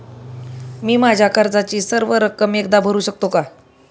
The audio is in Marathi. मी माझ्या कर्जाची सर्व रक्कम एकदा भरू शकतो का?